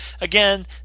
again